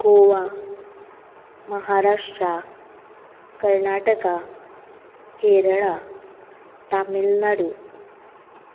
Goa Maharashtra Karnataka Kerala Tamil Nadu